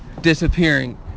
disappearing